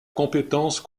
compétence